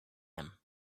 him